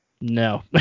no